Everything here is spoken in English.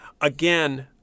Again